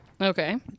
Okay